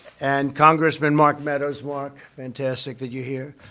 and congressman mark meadows. mark, fantastic that you're here.